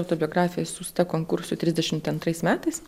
autobiografija siųsta konkursui trisdešimt antrais metais